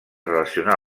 relacionar